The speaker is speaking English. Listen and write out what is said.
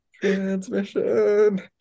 transmission